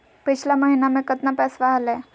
पिछला महीना मे कतना पैसवा हलय?